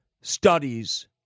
studies